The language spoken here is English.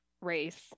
race